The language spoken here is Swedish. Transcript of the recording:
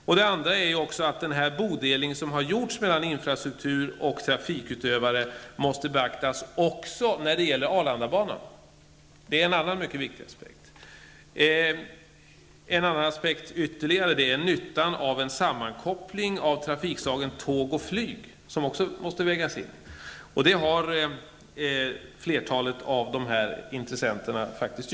Vidare måste den bodelning beaktas som har gjorts mellan infrastrukturen och trafikutövarna också när det gäller Arlandabanan. Det är således en mycket viktig aspekt. Ytterligare en aspekt som man måste väga in gäller nyttan av en sammankoppling av de båda trafikslagen tåg och flyg. Det har också flertalet intressenter här gjort.